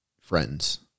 friends